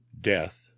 Death